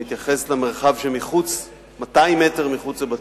הוא מתייחס למרחב של 200 מטר מחוץ לבתי-ספר,